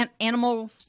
animal